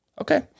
Okay